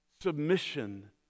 submission